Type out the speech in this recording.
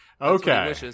okay